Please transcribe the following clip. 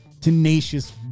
tenacious